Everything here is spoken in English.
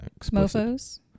Mofos